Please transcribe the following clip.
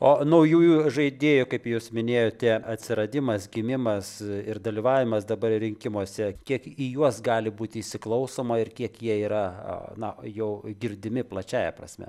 o naujųjų žaidėjų kaip jūs minėjote atsiradimas gimimas ir dalyvavimas dabar rinkimuose kiek į juos gali būti įsiklausoma ir kiek jie yra na jau girdimi plačiąja prasme